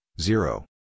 zero